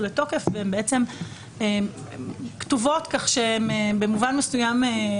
לתוקף והן כתובות כך שבמובן מסוים הן